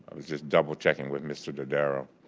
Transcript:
was just double checking with mr. dodaro,